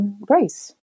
grace